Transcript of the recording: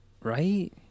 right